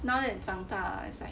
now that 长大 it's like